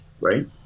right